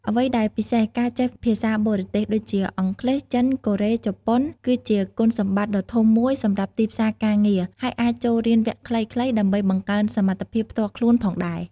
អ្វីដែលពិសេស ការចេះភាសាបរទេស ដូចជា អង់គ្លេស ចិន កូរ៉េ ជប៉ុន គឺជាគុណសម្បត្តិដ៏ធំមួយសម្រាប់ទីផ្សារការងារ ហើយអាចចូលរៀនវគ្គខ្លីៗដើម្បីបង្កើនសមត្ថភាពផ្ទាល់ខ្លួនផងដែរ។